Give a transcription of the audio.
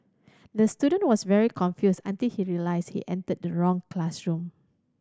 the student was very confused until he realised he entered the wrong classroom